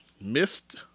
missed